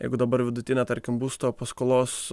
jeigu dabar vidutinė tarkim būsto paskolos